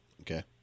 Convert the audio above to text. okay